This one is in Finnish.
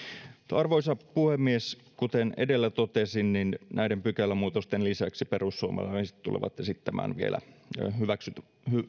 arvoisa puhemies kuten edellä totesin näiden pykälämuutosten lisäksi perussuomalaiset tulevat esittämään vielä